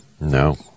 No